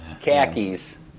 Khakis